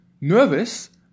nervous